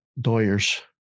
Doyers